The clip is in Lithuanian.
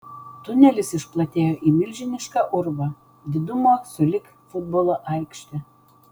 tunelis išplatėjo į milžinišką urvą didumo sulig futbolo aikšte